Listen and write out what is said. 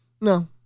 no